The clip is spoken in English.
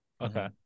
Okay